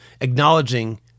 acknowledging